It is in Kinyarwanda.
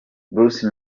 bruce